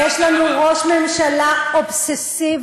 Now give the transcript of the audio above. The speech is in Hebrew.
יש לנו ראש ממשלה אובססיבי.